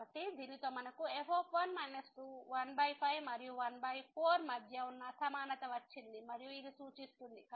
కాబట్టి దీనితో మనకు f1 2 15 మరియు 14 మధ్య ఉన్న అసమానత వచ్చింది మరియు ఇది సూచిస్తుంది